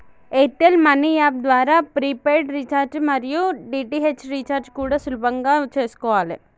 air tell money app ద్వారా prepaid recharge మరియు DTH recharge కూడా సులభంగా చేసుకోవాలే